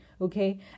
okay